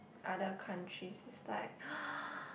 other countries is like